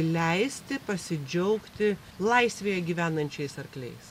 leisti pasidžiaugti laisvėje gyvenančiais arkliais